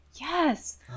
Yes